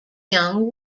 young